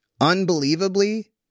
Unbelievably